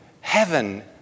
heaven